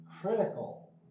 critical